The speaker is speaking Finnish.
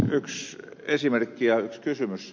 yksi esimerkki ja yksi kysymys